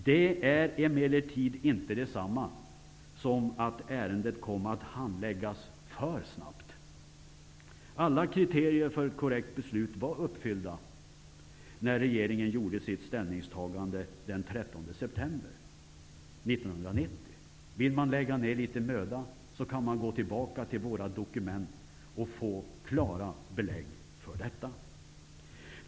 Det är emellertid inte detsamma som att ärendet kom att händläggas för snabbt. Alla kriterier för ett korrekt beslut var uppfyllda när regeringen gjorde sitt ställningstagande den 13 september 1990. Vill man lägga ner litet möda kan man gå tillbaka till våra dokument och få klara belägg för detta.